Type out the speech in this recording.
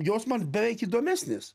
jos man beveik įdomesnės